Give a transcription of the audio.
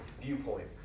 viewpoint